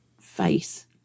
face